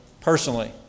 personally